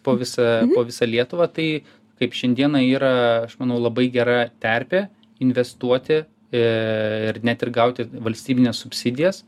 po visą visą lietuvą tai kaip šiandieną yra aš manau labai gera terpė investuoti ir net ir gauti valstybines subsidijas